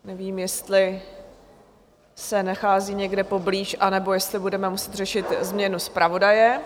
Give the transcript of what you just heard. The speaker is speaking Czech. Nevím, jestli se nachází někde poblíž, anebo jestli budeme muset řešit změnu zpravodaje.